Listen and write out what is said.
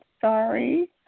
sorry